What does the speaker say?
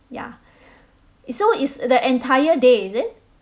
ya it's so it's the entire day is it